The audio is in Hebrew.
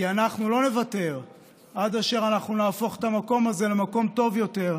כי אנחנו לא נוותר עד אשר אנחנו נהפוך את המקום הזה למקום טוב יותר,